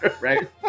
right